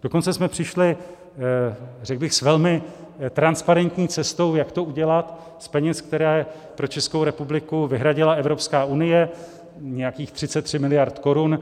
Dokonce jsme přišli, řekl bych, s velmi transparentní cestou, jak to udělat z peněz, které pro Českou republiku vyhradila Evropská unie, nějakých 33 mld. korun.